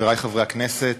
חברי חברי הכנסת,